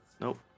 Nope